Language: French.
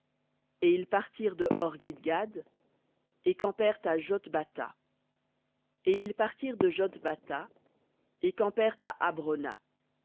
et ils partirent de hor guidgad et campèrent à ja et ils partirent de jotbatha et campèrent à abrona